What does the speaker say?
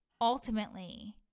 ultimately